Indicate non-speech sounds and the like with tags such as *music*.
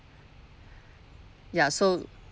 *breath* ya so